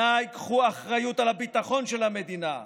די, קחו אחריות על הביטחון של המדינה והתגייסו,